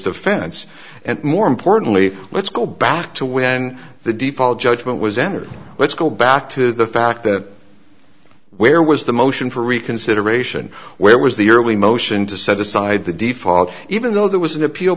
defense and more importantly let's go back to when the default judgment was entered let's go back to the fact that where was the motion for reconsideration where was the early motion to set aside the default even though there was an appeal